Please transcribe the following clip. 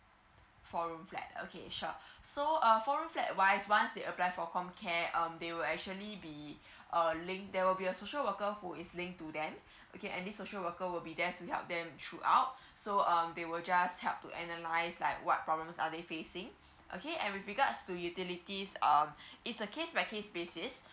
four room flat okay sure so um four room flat wise once they apply for com care um they will actually be err link there will be a social worker who is linked to them okay any social worker will be there to help them throughout so um they will just help to analyse like what problems are they facing okay and with regards to utilities um it's a case by case basis